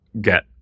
get